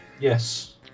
Yes